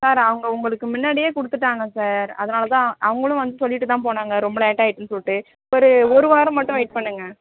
sir அவங்க உங்களுக்கு முன்னாடியே கொடுத்துட்டாங்க சார் அதனால் தான் அவங்களும் வந்து சொல்லிவிட்டு தான் போனாங்க ரொம்ப லேட் ஆயிட்டுன்னு சொல்லிட்டு ஒரு ஒரு வாரம் மட்டும் வெயிட் பண்ணுங்கள்